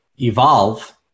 evolve